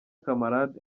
camarade